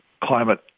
climate